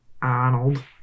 Arnold